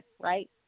Right